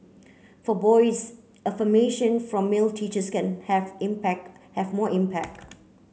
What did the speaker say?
for boys affirmation from male teachers can have impact have more impact